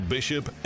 Bishop